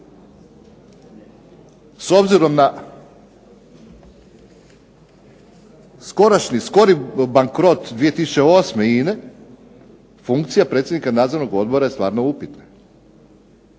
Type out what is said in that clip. S obzirom na skorašnji, skori bankrot 2008. INA-e funkcija predsjednika Nadzornog odbora je stvarno upitna.